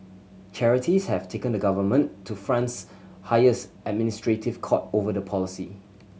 charities have taken the government to France highest administrative court over the policy